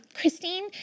Christine